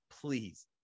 please